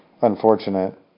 unfortunate